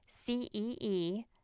CEE